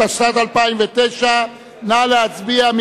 התשס"ט 2009. נא להצביע.